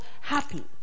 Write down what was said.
happy